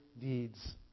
deeds